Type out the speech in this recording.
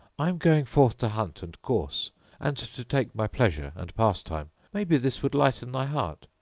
i am going forth to hunt and course and to take my pleasure and pastime maybe this would lighten thy heart.